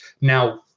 now